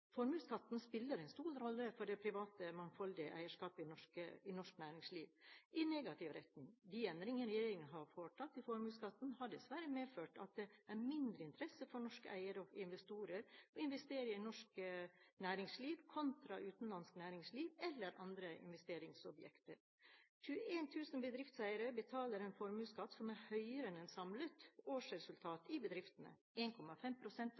formuesskatten. Formuesskatten spiller en stor rolle for det private, mangfoldige eierskapet i norsk næringsliv – i negativ retning. De endringene regjeringen har foretatt i formuesskatten, har dessverre medført at det er av mindre interesse for norske eiere og investorer å investere i norsk næringsliv kontra utenlandsk næringsliv eller andre investeringsobjekter. 21 000 bedriftseiere betaler en formuesskatt som er høyere enn samlet årsresultat i bedriftene. 1,5 pst. av